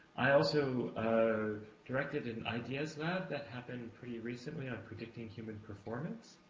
i also directed an ideas lab that happened pretty recently on predicting human performance.